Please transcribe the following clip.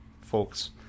folks